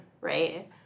Right